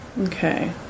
Okay